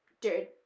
dude